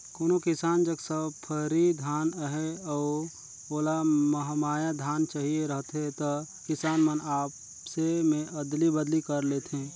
कोनो किसान जग सफरी धान अहे अउ ओला महमाया धान चहिए रहथे त किसान मन आपसे में अदली बदली कर लेथे